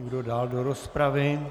Kdo dál do rozpravy?